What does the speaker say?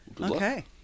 Okay